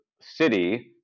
city